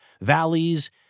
valleys